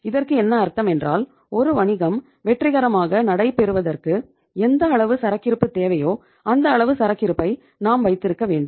இதற்கு என்ன அர்த்தம் என்றால் ஒரு வணிகம் வெற்றிகரமாக நடைபெறுவதற்கு எந்த அளவு சரக்கிருப்பு தேவையோ அந்த அளவு சரக்கிருப்பை நாம் வைத்திருக்க வேண்டும்